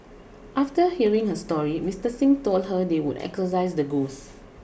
after hearing her story Mister Xing told her they would exorcise the ghosts